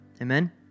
Amen